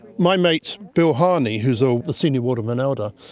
my mate bill harney who is a senior wardaman elder,